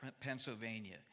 Pennsylvania